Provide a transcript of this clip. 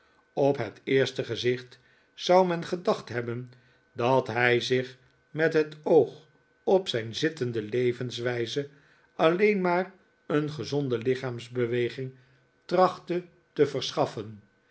op het eerste gezicht zou men gedacht hebben dat hij zich met het oog op zijn zittende levenswijze alleen maar een gezonde lichaamsbeweging trachtte te verschaffen